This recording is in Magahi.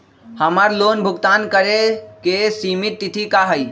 हमर लोन भुगतान करे के सिमित तिथि का हई?